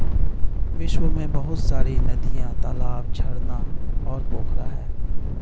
विश्व में बहुत सारी नदियां, तालाब, झरना और पोखरा है